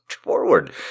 forward